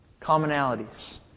commonalities